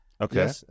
Okay